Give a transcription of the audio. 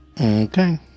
Okay